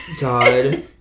God